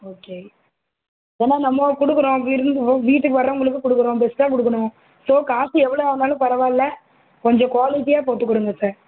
okay ஏன்னால் நம்ம கொடுக்குறோம் விருந்து வீட்டுக்கு வர்றவங்களுக்கு கொடுக்குறோம் பெஸ்டாக கொடுக்கணும் ஸோ காசு எவ்வளோ ஆனாலும் பரவாயில்ல கொஞ்சம் க்வாலிட்டியாக போட்டு கொடுங்க சார்